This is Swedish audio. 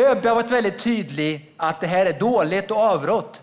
ÖB har varit väldigt tydlig med att detta är dåligt, och han har avrått.